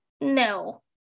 no